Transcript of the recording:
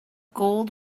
gold